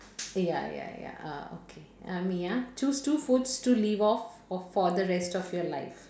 ya ya ya uh okay uh me ya choose two foods to live off off for the rest of your life